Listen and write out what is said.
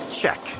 check